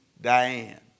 Diane